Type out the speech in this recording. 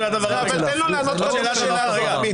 אבל תן לו לענות קודם על השאלה הזאת, עמית.